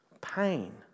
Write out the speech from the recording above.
pain